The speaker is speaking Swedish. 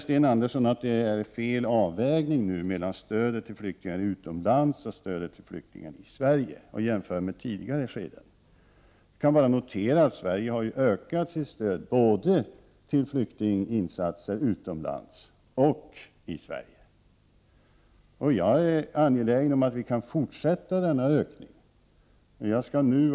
Sten Andersson säger också att fel avvägning nu görs mellan stödet till flyktingar utomlands och stödet till flyktingar i Sverige, och han jämför med tidigare skeden. Jag kan bara notera att Sverige har ökat sitt stöd både till flyktinginsatser utomlands och till flyktinginsatser i Sverige. Jag är angelägen om att denna ökning skall kunna fortsätta.